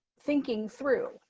thinking through,